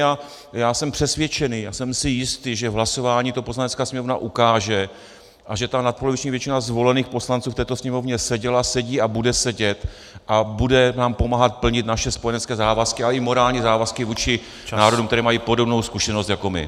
A já jsem přesvědčený a jsem si jistý, že v hlasování to Poslanecká sněmovna ukáže a že ta nadpoloviční většina zvolených poslanců v této Sněmovně seděla, sedí a bude sedět a bude nám pomáhat plnit naše spojenecké závazky a i morální závazky vůči národům, které mají podobnou zkušenost jako my.